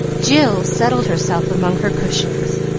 jill settled herself among her cushions,